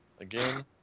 Again